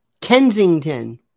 Kensington